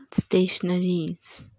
stationaries